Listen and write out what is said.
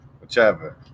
Whichever